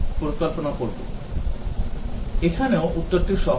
এখানেও উত্তরটি সহজ